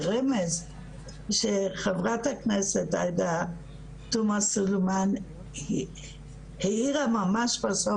לרמז שחברת הכנסת עאידה תומא סולימאן היא העירה ממש בסוף,